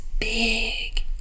big